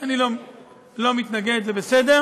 אני לא מתנגד, זה בסדר.